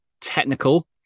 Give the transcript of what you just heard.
technical